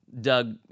Doug